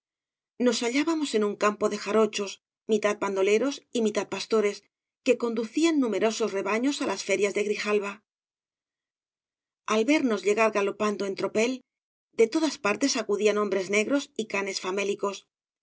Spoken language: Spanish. nos hallábamos en un campo de jarochos mitad bandoleros y mitad pastores que conducían numerosos rebaños á las ferias de grijalba al vernos llegar galopando en tropel de todas partes acudían hombres negros y canes famélicos